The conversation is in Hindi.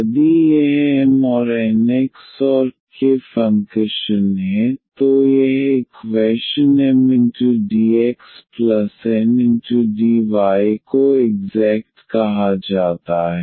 यदि यह M और N x और y के फंकशन हैं तो यह इक्वैशन Mdx प्लस Ndy को इग्ज़ैक्ट कहा जाता है